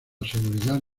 seguridad